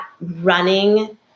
running